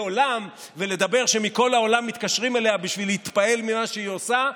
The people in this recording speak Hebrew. עולם ולהגיד שמכל העולם מתקשרים אליה בשביל להתפעל ממה שהיא עושה.